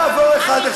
המכשול,